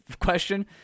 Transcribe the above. Question